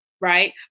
Right